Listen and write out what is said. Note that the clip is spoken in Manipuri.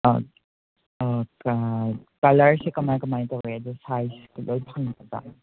ꯑꯥ ꯑꯥ ꯀꯂꯔꯁꯦ ꯀꯃꯥꯏ ꯀꯃꯥꯏꯅ ꯇꯣꯋꯤ ꯑꯗꯨ ꯁꯥꯏꯖꯀ ꯂꯣꯏꯅ ꯐꯪꯒꯗ꯭ꯔꯥ